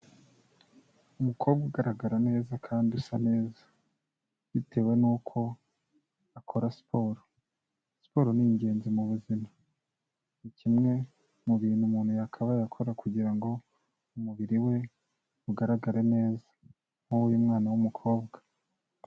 Umukobwa ugaragara neza kandi usa neza bitewe n'uko akora siporo, siporo ni ingenzi mu buzima, ni kimwe mu bintu umuntu yakabaye akora kugira ngo umubiri we ugaragare neza. Nk'uw'uyu mwana w'umukobwa.